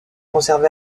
conservé